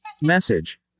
Message